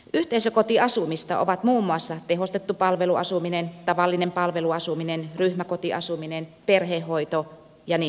yhteisökotiasumista ovat muun muassa tehostettu palveluasuminen tavallinen palveluasuminen ryhmäkotiasuminen perhehoito ja niin edelleen